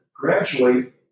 gradually